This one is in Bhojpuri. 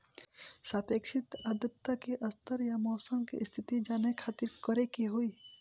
सापेक्षिक आद्रता के स्तर या मौसम के स्थिति जाने खातिर करे के होई?